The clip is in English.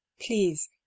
Please